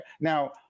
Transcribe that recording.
Now